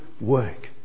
work